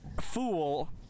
fool